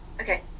Okay